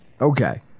Okay